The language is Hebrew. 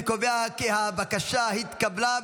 אני קובע כי הבקשה התקבלה,